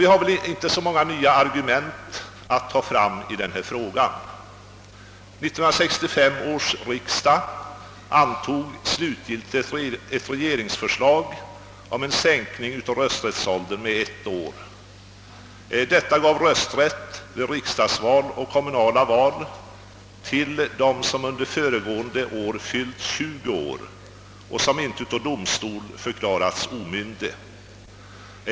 Vi har inte så många nya argument att föra fram i denna fråga. 1965 års riksdag antog slutgiltigt ett regeringsförslag om en sänkning av rösträtts åldern med ett år. Detta gav rösträtt vid riksdagsval och kommunala val till dem som under föregående år fyllt 20 år och som inte av domstol förklarats omyndiga.